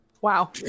Wow